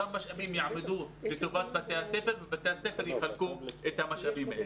אותם משאבים יעמדו לטובת בתי הספר ובתי הספר יחלקו את המשאבים האלה.